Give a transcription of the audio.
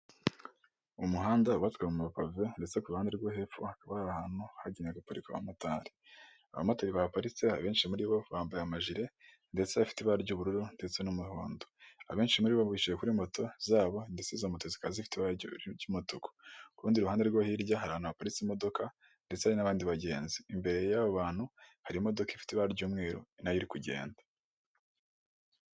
Umuhanda ubatswe mu mapave ndetse ku ruhande rwo hepfo hakaba hari ahantu hagenewe gaparika bamotari, abamotari baparitse abenshi muri bo bambaye amajire ndetse afite ibara ry'ubururu ndetse n'umuhondo, abenshi muri bicaye kuri moto zabo ndetse izo moto zikaba zifite ibara ry'umutuku ku rundi ruhande rwo hirya hantu haparitse imodoka ndetse n'abandi bagenzi, imbere y'abantu hari imodoka ifite ibara ry'umweru nayo iri kugenda.